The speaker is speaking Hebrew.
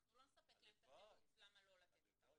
אנחנו לא נספק להם את התירוץ למה לא לתת אותה.